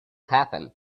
happen